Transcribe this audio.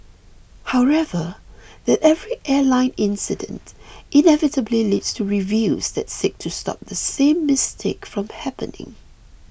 however that every airline incident inevitably leads to reviews that seek to stop the same mistake from happening